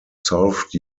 solved